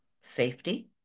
safety